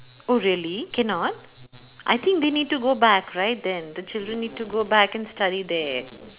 oh really cannot I think they need to go back right then the children need to go back and study there